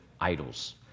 idols